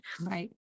Right